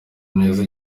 neza